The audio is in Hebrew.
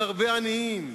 עם הרבה עניים.